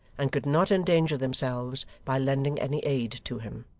and could not endanger themselves by lending any aid to him.